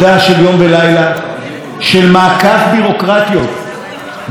של מעקף ביורוקרטיות בהחלטות של מנהלים,